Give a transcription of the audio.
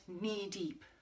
knee-deep